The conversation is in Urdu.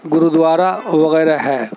گرودوارا وغیرہ ہے